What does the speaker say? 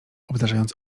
obdarzając